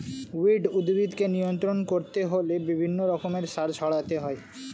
weed উদ্ভিদকে নিয়ন্ত্রণ করতে হলে বিভিন্ন রকমের সার ছড়াতে হয়